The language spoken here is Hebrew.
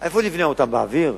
איפה נבנה אותן, באוויר?